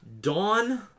Dawn